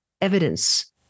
evidence